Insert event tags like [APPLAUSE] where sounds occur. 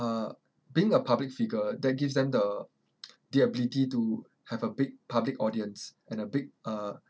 uh being a public figure that gives them the [NOISE] the ability to have a big public audience and a big uh